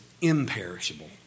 imperishable